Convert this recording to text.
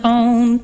on